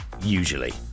usually